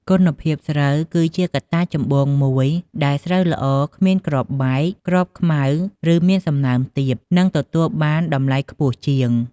គុណភាពស្រូវ គឺជាកត្តាចម្បងមួយ ដែលស្រូវល្អ គ្មានគ្រាប់បែក គ្រាប់ខ្មៅ ឬមានសំណើមទាប នឹងទទួលបានតម្លៃខ្ពស់ជាង។